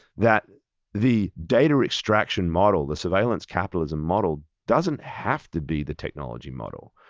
that the data extraction model, the surveillance capitalism model doesn't have to be the technology model.